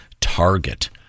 Target